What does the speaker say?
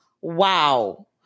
Wow